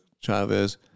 Chavez